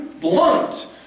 blunt